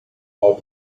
how